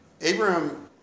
Abraham